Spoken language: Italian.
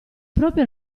proprio